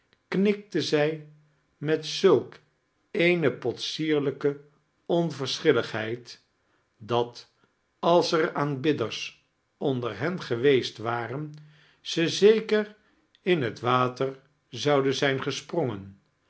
knikte zij met zulk eene potsierlijke onverschilligheid dat als er aanbidders ondier hen geweest waxen ze zekier in het water zouden zijn gesprongen